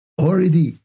already